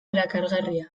erakargarria